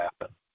happen